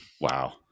Wow